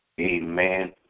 Amen